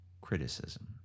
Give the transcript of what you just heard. criticism